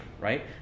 right